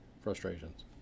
frustrations